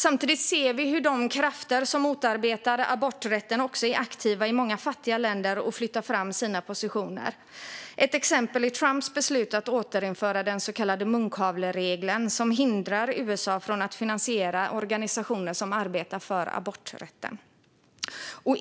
Samtidigt ser vi hur de krafter som motarbetar aborträtten är aktiva i många fattiga länder och flyttar fram sina positioner. Ett exempel är Trumps beslut att återinföra den så kallade munkavleregeln som hindrar USA från att finansiera organisationer som arbetar för aborträtten.